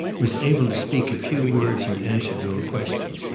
was able to speak a few words in answer to a question.